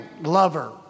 lover